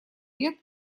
лет